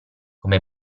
come